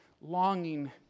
longing